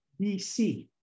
BC